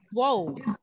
whoa